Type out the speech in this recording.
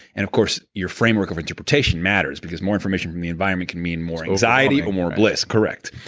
and of course, your framework of interpretation matters, because more information from the environment can mean more anxiety or more bliss correct,